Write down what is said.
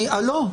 לא.